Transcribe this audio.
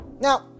Now